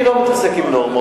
אני לא מתעסק עם נורמות,